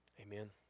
Amen